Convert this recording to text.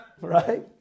right